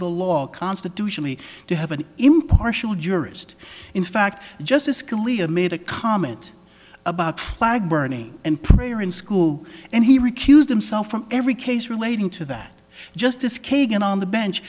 the law constitutionally to have an impartial jurist in fact justice scalia made a comment about flag burning and prayer in school and he recused himself from every case relating to that justice kagan on the bench